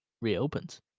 reopens